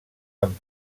amb